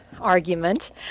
argument